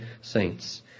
saints